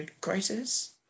crisis